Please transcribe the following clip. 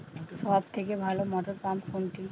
সবথেকে ভালো মটরপাম্প কোনটি?